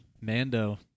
Mando